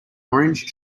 orange